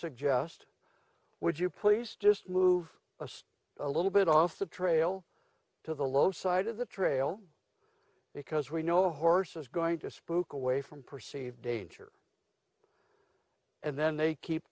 suggest would you please just move aside a little bit off the trail to the low side of the trail because we know a horse is going to spook away from perceived danger and then they keep